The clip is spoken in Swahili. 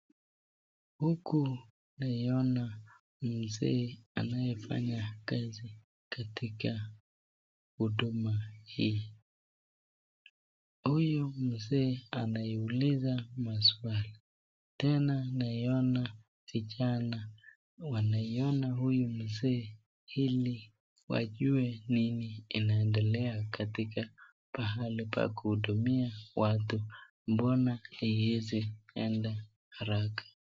Huku naona mzee anaye fanya kazi katika huduma hii huyu mzee anauliza maswali ,tena naona vijana wanaona huyu mzee iliwajue nini inaendelea katika pahali pa kuhudumia watu mbona haiwezi enda haraka.